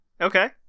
Okay